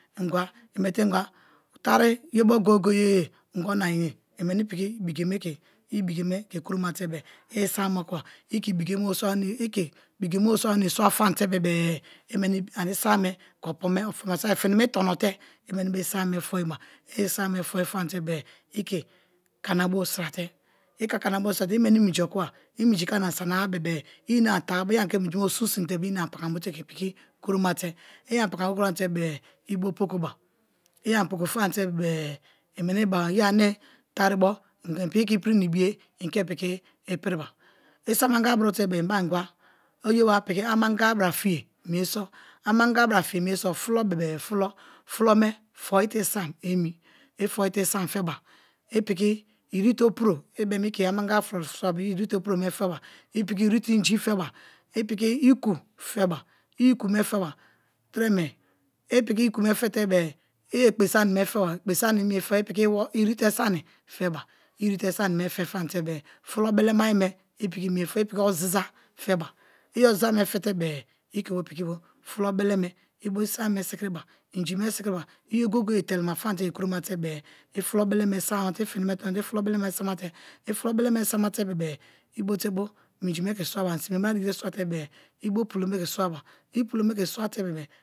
Ingwa i bete ingwa tari ye bo goye-goye ingwa ona yea, i meni piki ibike me ke i ibike me ke kromate-e i isam me okiba i ke ibike me bo swa wenii ibike me bo swa famate bebe-e i meni ani isam me ke opobo me ani saki fini me i tono te, i meni bo isam me foi ba, i isam me foi famate be-e i ke kana bo sira te, i ke kana bo sira te i meni minji okiba i minji ke ana sana-a bebe-e i ene ini tan ba i ani ke minji me bo su sin te be-e i ine ani pakamabo te piki kuromate, i ani pakamabo famate-e i bo pokoba i ani poko famate-e i meni beba iyeri ani taribo i piki ke ipri na ibiye ike piki ipriba isam anga bru te-e i beba ingo ye wa piki ama angaga-a bra fiye mie so amangaga-a bra fiye me fulo bebe-e fulo, fulo me foi te isam emi, i foi te isam feba i meni piki irite opuro i be-em i ke amangaga-a fulo soi bebe-e i ire te opuro swaba, i piki ire-te ingi feba, i piki iku feba i iku me feba tre me i piki iku me fete bebe-e i ekpe sani me feba, ekpe sani mie feba i piki iwo ine te sani feba, i ire te sani me fe famte fulo bele ma ye me i piki mie feba i piki oziza feba i oziza me fete be-e i ke bo piki bo fulo bele me i bo isam me sikiriba inji me sikiriba i ye goye-goye telema famate ke kuroma te-e i fulo belema sama te i fulo beleme samate bebe-e i bote bo minji me ke swaba ani simebra diki te swate bebe-e i po pulo me ke swaba i pulo me ke swate bebe-e.